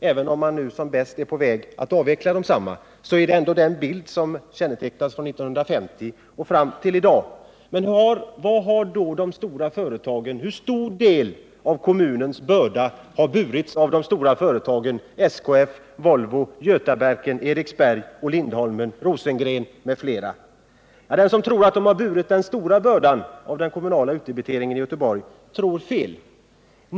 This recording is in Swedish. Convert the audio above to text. Även om man nu som bäst är i färd med att avveckla desamma är det ändå den bilden som kännetecknat Göteborg från 1950 och fram till i dag. Hur stor del av kommunens börda har burits av de stora företagen SKF, Volvo, Eriksberg, Lindholmen, Rosengren m.fl.? Den som tror att dessa företag har burit den största delen av den kommunala utdebiteringen i Göteborg tror fel.